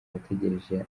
bategereza